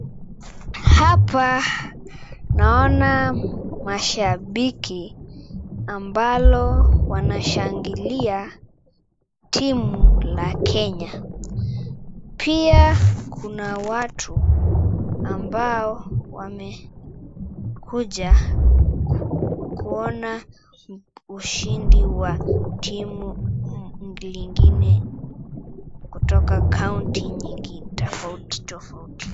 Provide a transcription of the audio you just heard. Hapa naona mashabiki ambalo wanashangilia timu la Kenya pia kuna watu ambao wamekuja kuona ushindi wa timu lingine kutoka kaunti tafauti tafauti.